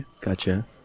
Gotcha